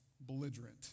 belligerent